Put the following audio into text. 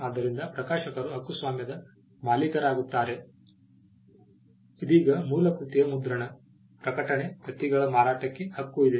ಆದ್ದರಿಂದ ಪ್ರಕಾಶಕರು ಹಕ್ಕುಸ್ವಾಮ್ಯದ ಮಾಲೀಕರಾಗುತ್ತಾರೆ ಇದೀಗ ಮೂಲ ಕೃತಿಯ ಮುದ್ರಣ ಪ್ರಕಟಣೆ ಪ್ರತಿಗಳ ಮಾರಾಟಕ್ಕೆ ಹಕ್ಕು ಇದೆ